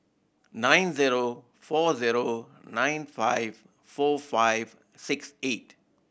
nine zero four zero nine five four five six eight